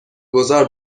گذار